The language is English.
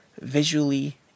visually